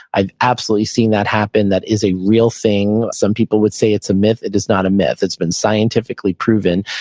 i've absolutely seen that happen. that is a real thing. some people would say it's a myth. it is not a myth. it's been scientifically proven.